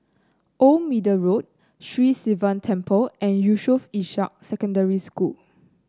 Old Middle Road Sri Sivan Temple and Yusof Ishak Secondary School